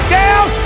down